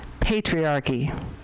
Patriarchy